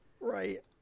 right